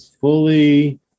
fully